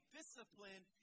discipline